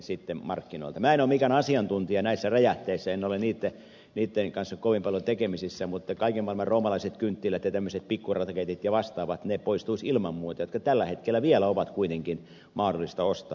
minä en ole mikään asiantuntija näissä räjähteissä en ole niitten kanssa kovin paljon tekemisissä mutta ilman muuta poistuisivat kaiken maailman roomalaiset kynttilät ja tämmöiset pikkuraketit ja vastaavat joita tällä hetkellä vielä on kuitenkin mahdollista ostaa